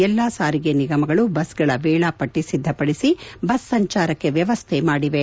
ಎಲ್ಲಾ ಸಾರಿಗೆ ನಿಗಮಗಳು ಬಸ್ಗಳ ವೇಳಾಪಟ್ಟ ಸಿದ್ದಪಡಿಸಿ ಬಸ್ ಸಂಚಾರಕ್ಕೆ ವ್ಯವಸ್ಥೆ ಮಾಡಿವೆ